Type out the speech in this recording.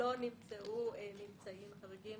לא נמצאו ממצאים חריגים.